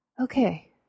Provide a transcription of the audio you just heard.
okay